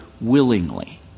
willingly